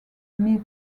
myths